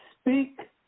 speak